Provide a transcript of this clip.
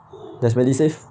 there's medisave